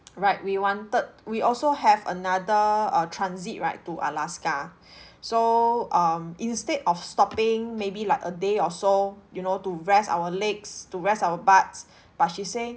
right we wanted we also have another uh transit right to alaska so um instead of stopping maybe like a day or so you know to rest our legs to rest our butts but she say